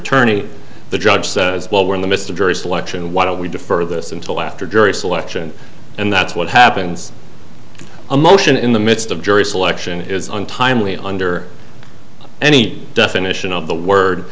attorney the judge says well we're in the midst of jury selection why don't we defer this until after jury selection and that's what happens a motion in the midst of jury selection is untimely under any definition of the word